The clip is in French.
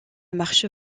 marche